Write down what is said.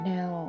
Now